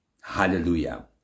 Hallelujah